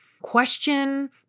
question